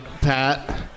Pat